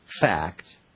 fact